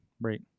Right